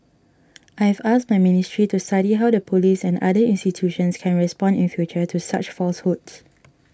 I have asked my ministry to study how the police and other institutions can respond in future to such falsehoods